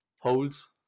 holes